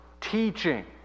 teaching